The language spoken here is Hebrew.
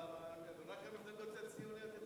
יש לך שלוש דקות.